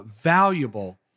valuable